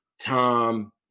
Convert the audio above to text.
Tom